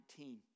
19